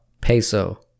Peso